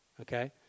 Okay